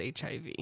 HIV